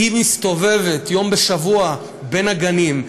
היא מסתובבת יום בשבוע בין הגנים.